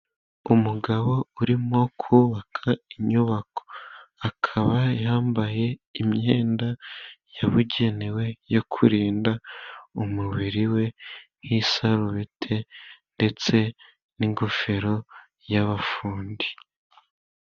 Umugabo urimo kubaka inyubako, akaba yambaye imyenda yabugenewe yo kurinda umubiri we: nk'isarurete, ndetse n'ingofero y'abafundi.